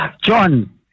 John